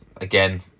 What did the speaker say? again